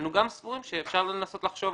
אנו גם סבורים שאפשר לנסות לחשוב.